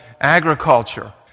agriculture